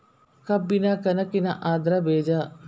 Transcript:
ಕಬ್ಬಿನ ಗನಕಿನ ಅದ್ರ ಬೇಜಾ